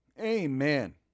Amen